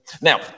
Now